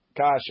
kasha